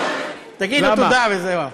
תגידו תודה וזהו.